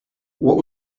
what